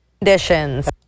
Conditions